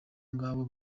ngabo